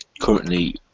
currently